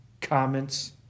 comments